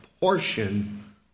portion